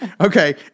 Okay